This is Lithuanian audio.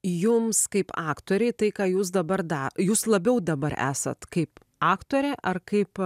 jums kaip aktorei tai ką jūs dabar dar jūs labiau dabar esat kaip aktorė ar kaip